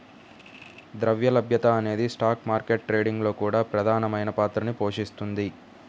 ద్రవ్య లభ్యత అనేది స్టాక్ మార్కెట్ ట్రేడింగ్ లో కూడా ప్రధానమైన పాత్రని పోషిస్తుంది